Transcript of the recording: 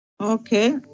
Okay